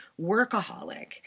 workaholic